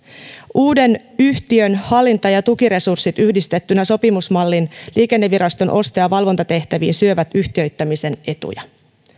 uuden yhtiön hallinta ja tukiresurssit yhdistettyinä sopimusmallin liikenneviraston osto ja valvontatehtäviin syövät yhtiöittämisen etuja